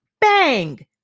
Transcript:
BANG